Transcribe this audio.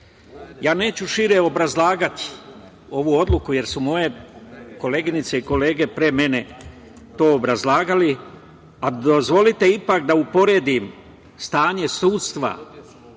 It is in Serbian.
Neću šire obrazlagati ovu odluku, jer su moje koleginice i kolege pre mene to obrazlagali, ali dozvolite ipak da uporedim stanje sudstva